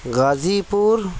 غازی پور